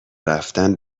رفتن